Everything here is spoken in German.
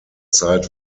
zeit